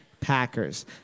Packers